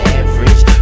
average